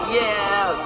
yes